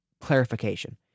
clarification